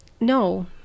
no